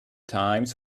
times